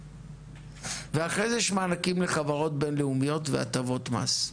ואחרי זה יש מענקים לחברות בינלאומיות והטבות מס.